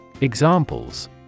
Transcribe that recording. Examples